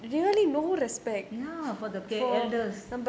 ya for elders